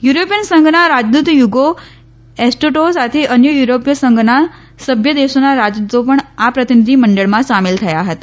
યુરોપિથન સંઘના રાજદૃત Ugo Astuto સાથે અન્ય યુરોપીથ સંઘના સભ્ય દેશોના રાજદૃતો પણ આ પ્રતિનિધિ મડળમાં સામેલ થયા હતા